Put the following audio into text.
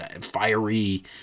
fiery